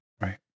Right